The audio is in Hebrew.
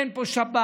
אין פה שבת,